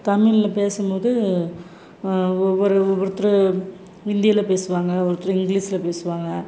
தமிழ்ல பேசும் போது ஒவ்வொரு ஒவ்வொருத்தர் ஹிந்தியில் பேசுவாங்க ஒருத்தர் இங்கிலீஸுல் பேசுவாங்க